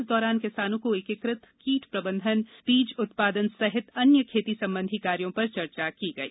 इस दौरान किसानों को एकीकृत कीट प्रबंधन बीच उत्पादन सहित अन्य खेती संबंधी कार्यो पर चर्चा की गई